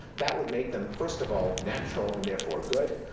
that would make them, first of all, natural, and therefore, good,